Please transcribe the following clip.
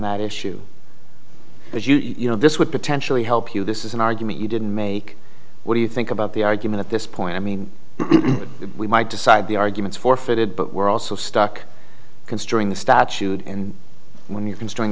that issue but you know this would potentially help you this is an argument you didn't make what do you think about the argument at this point i mean we might decide the arguments forfeited but we're also stuck considering the statute and when you can string